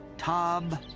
tom.